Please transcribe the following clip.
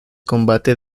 combate